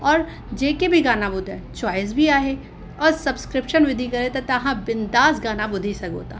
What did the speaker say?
और जेके बि गाना ॿुध चॉईस बि आहे और सब्सक्रिपिशन विझी करे त तव्हां बिंदास गाना ॿुधी सघो था